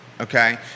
okay